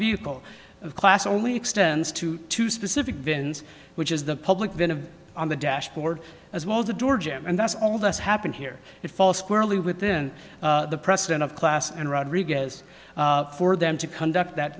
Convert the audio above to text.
vehicle of class only extends to two specific bins which is the public then of on the dashboard as well as the door jam and that's all that's happened here it falls squarely within the president of class and rodriguez for them to conduct that